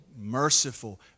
Merciful